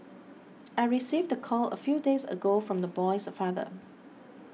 I received the call a few days ago from the boy's father